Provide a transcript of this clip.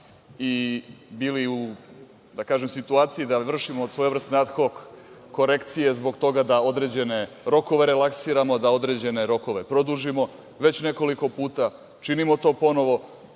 i bili u situaciji da vršimo svojevrsne ad hok korekcije zbog toga da određene rokove relaksiramo, da određene rokove produžimo već nekoliko puta, činimo to ponovo,